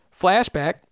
Flashback